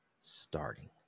starting